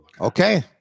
okay